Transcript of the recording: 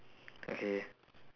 okay